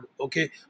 Okay